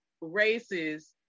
races